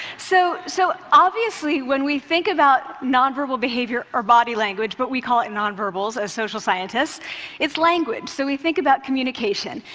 so so obviously when we think about nonverbal behavior, or body language but we call it nonverbals as social scientists it's language, so we think about communication.